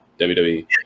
WWE